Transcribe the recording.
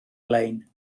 lein